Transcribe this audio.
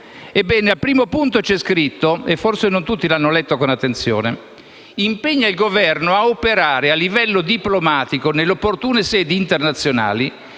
Ebbene, al primo punto c'è scritto (e forse non tutti l'hanno letto con attenzione) che si impegna il Governo «a operare a livello diplomatico nelle opportune sedi internazionali